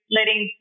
Letting